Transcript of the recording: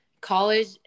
college